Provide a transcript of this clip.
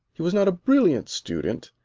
he was not a brilliant student,